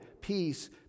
peace